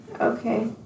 Okay